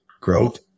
Growth